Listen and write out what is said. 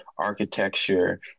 architecture